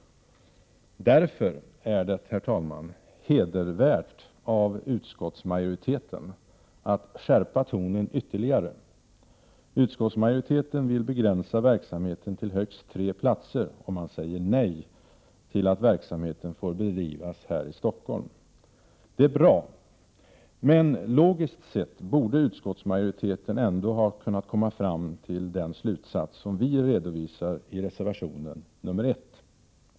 Därför, herr talman, är det hedervärt av utskottsmajoriteten att skärpa tonen ytterligare. Utskottsmajoriteten vill begränsa verksamheten till högst tre platser, och man säger nej till att verksamheten får bedrivas här i Stockholm. Det är bra, men logiskt sett borde utskottsmajoriteten ha kunnat komma fram till den slutsats som vi redovisar i reservationen nr 1.